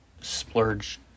splurge